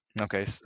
Okay